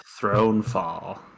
Thronefall